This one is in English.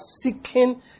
seeking